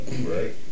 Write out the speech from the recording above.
Right